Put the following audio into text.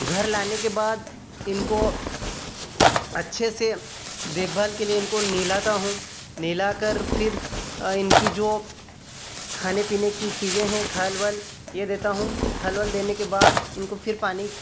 घर लाने के बाद इनको अच्छे से देखभाल के लिए इनको निहलाता हूँ निहला कर फिर इनकी जो खाने पीने की चीज़ें हैं खाल वल यह देता हूँ खल वल देने के बाद इनको फिर पानी